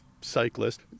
cyclist